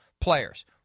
players